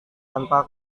tanpa